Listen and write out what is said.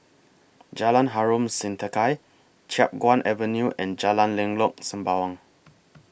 Jalan Harom Setangkai Chiap Guan Avenue and Jalan Lengkok Sembawang